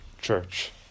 church